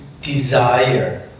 desire